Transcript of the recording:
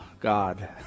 God